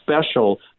special